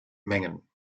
mengen